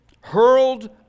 hurled